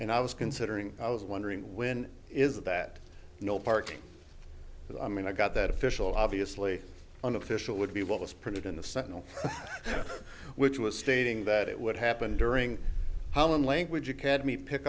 and i was considering i was wondering when is that no parking i mean i got that official obviously unofficial would be what was printed in the sentinel which was stating that it would happen during how in language academy pick